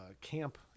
camp